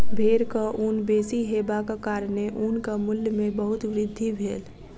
भेड़क ऊन बेसी हेबाक कारणेँ ऊनक मूल्य में बहुत वृद्धि भेल